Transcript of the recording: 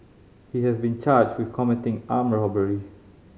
he has been charged with committing armed robbery